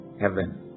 heaven